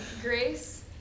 grace